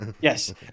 Yes